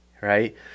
right